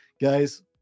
Guys